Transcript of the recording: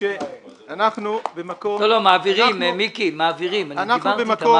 אני דיברתי אתם.